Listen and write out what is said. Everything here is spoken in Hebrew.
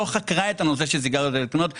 שלא חקרה את הנושא של סיגריות אלקטרוניות,